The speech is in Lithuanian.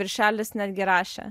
viršelis netgi rašė